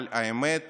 אבל האמת